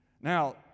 now